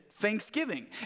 Thanksgiving